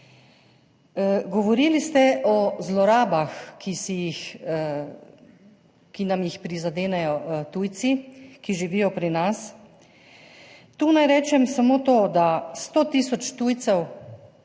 Govorili ste o zlorabah, ki nam jih prizadenejo tujci, ki živijo pri nas. Tukaj naj rečem samo to, da 100 tisoč tujcev